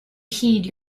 heed